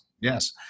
yes